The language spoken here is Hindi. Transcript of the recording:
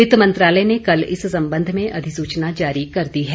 वित्त मंत्रालय ने कल इस संबंध में अधिसूचना जारी कर दी है